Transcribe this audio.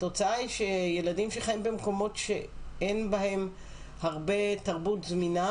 התוצאה היא שילדים שחיים במקומות שאין בהם הרבה תרבות זמינה,